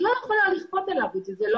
את לא יכולה לכפות עליו את זה.